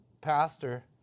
pastor